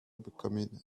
becoming